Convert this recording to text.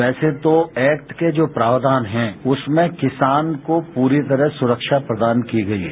वैसे तोएक्ट के जो प्रावधान है उसमें किसान को पूरी तरह सुरक्षा प्रदान की गई है